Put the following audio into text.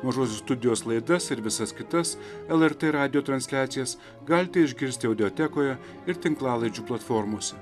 mažosios studijos laidas ir visas kitas lrt radijo transliacijas galite išgirsti audiotekoje ir tinklalaidžių platformose